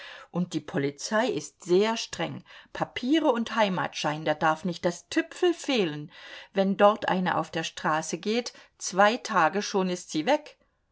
und die polizei ist sehr streng papiere und heimatschein da darf nicht das tüpfel fehlen wenn dort eine auf der straße geht zwei tage schon ist sie weg